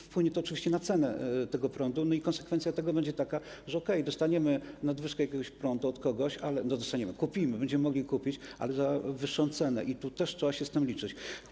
Wpłynie to oczywiście na cenę prądu i konsekwencja tego będzie taka, że okej, dostaniemy nadwyżkę jakiegoś prądu od kogoś, nie: dostaniemy, ale kupimy, będziemy mogli kupić, ale za wyższą cenę, i też trzeba się z tym liczyć.